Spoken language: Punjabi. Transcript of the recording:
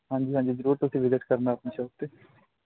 ਹਾਂਜੀ ਹਾਂਜੀ ਜਰੂਰ ਤੁਸੀਂ ਵਿਜਿਟ ਕਰਨਾ ਸ਼ੁਰੂ ਤੇ